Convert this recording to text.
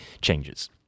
changes